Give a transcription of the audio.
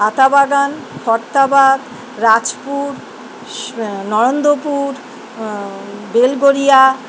Atabagan Fartabad Rajpur Narendrapur Belgharia